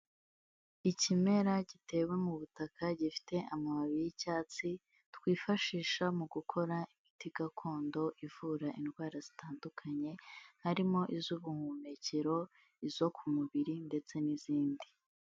Ikimera gitewe mu butaka, gifite amababi y'icyatsi twifashisha mu gukora imiti gakondo ivura indwara zitandukanye, harimo iz'ubuhumekero, izo ku mubiri ndetse n'izindi.